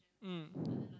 mm